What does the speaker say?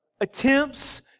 Attempts